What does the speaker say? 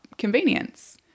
convenience